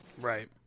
Right